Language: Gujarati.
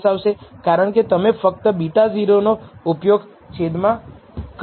કારણકે તમે ફક્ત β0 નો ઉપયોગ છેદમાં કર્યો છે